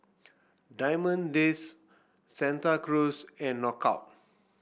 Diamond Days Santa Cruz and Knockout